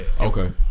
Okay